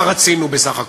מה רצינו בסך הכול?